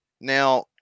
now